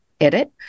edit